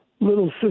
Little